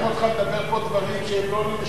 כל הדברים האלה,